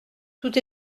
tout